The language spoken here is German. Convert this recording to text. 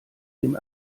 dem